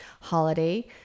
holiday